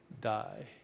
die